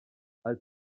als